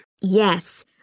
Yes